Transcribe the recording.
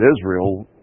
Israel